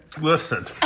Listen